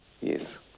Yes